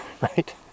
right